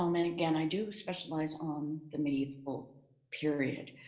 um and again, i do specialize on the medieval period.